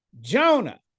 Jonah